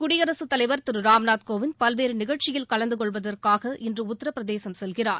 குடியரசுத் தலைவர் திரு ராம்நாத் கோவிந்த் பல்வேறு நிகழ்ச்சியில் கலந்து கொள்வதற்காக இன்று உத்தரபிரதேசம் செல்கிறார்